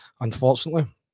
Unfortunately